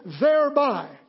thereby